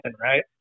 right